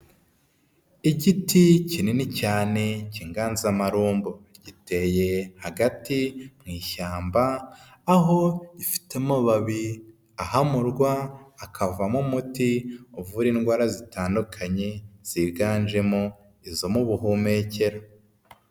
Igiti kinini cyane cy'inganzamarumbo giteye hagati mu ishyamba, aho rifite amababi ahamurwa hakavamo umuti uvura indwara zitandukanye ziganjemo izo mu buhumekero.